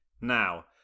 Now